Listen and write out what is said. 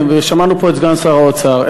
ושמענו פה את סגן שר האוצר,